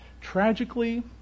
tragically